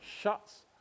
shuts